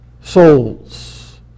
souls